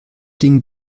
ding